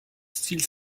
style